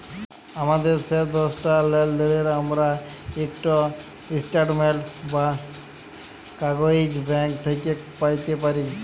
আমাদের শেষ দশটা লেলদেলের আমরা ইকট ইস্ট্যাটমেল্ট বা কাগইজ ব্যাংক থ্যাইকে প্যাইতে পারি